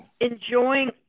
enjoying